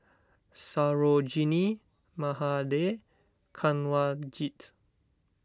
Sarojini Mahade Kanwaljit